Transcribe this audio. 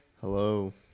Hello